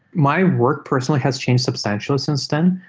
my work personally has changed substantially since then.